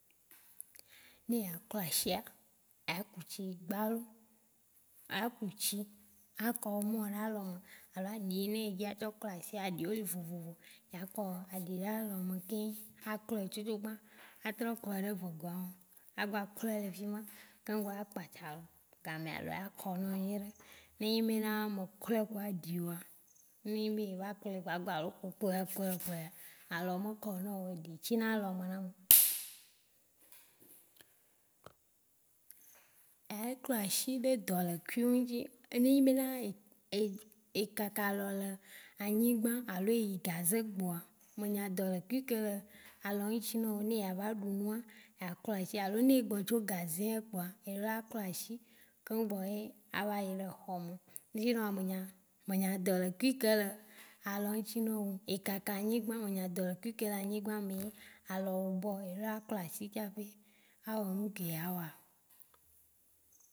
Ne eya klɔ ashia a ku tsi gbalo a ku tsi, a kɔ omo ɖe alɔ me alo ne aɖi edza tsɔ klɔ ashia aɖi wo le vovovo ya kɔ aɖi ɖe alɔ m keŋ a kpɔ tsutsu gbã, a trɔ kɔ ɖe vegɔa me a gba klɔɛ le fima, keŋgbɔ a kpatsa lo. Gamea ela kɔ nao nyuiɖe. Ne enyi be na me klɔɛ ku aɖioa, n enyi be eva klɔɛ ku alɔ me kɔ nao eʋu tsi na alɔ me nao. Eya klɔ ashi be dɔa le kui o dzi, ne enyi be na e- e- e kaka alɔ le anyigba alo eyi gaze gbɔa, me nya adɔle kui ke le alɔ ŋtsi nao ne eya va ɖunu a kpɔ ashi alo ne egbɔ tso gazea kpɔa eɖo la klɔ ashi keŋgbɔ a yi- a va yi le hɔ me. Shinon me ny- me nya adɔ le kui ke le alɔ ŋtsi nao. Ekaka anyigba, me nya adɔle kui ke le anyigba me yi alɔ wo gbɔ. O ɖo la klɔ ashi tsã ƒe a wɔ ŋke ya wɔa.